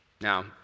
Now